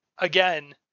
Again